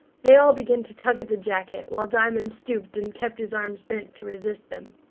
they all began to tug at the jacket, while diamond stooped and kept his arms bent to resist them.